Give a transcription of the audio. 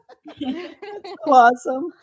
awesome